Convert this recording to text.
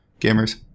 gamers